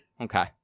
Okay